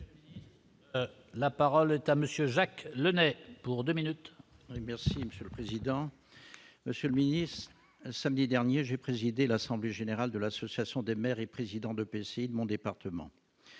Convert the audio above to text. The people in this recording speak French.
La parole est à monsieur Jacques Le Nay pour 2 minutes. Merci monsieur le président, Monsieur le Ministre, samedi dernier, j'ai présidé l'assemblée générale de l'Association des maires et présidents de PC de mon département,